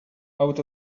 out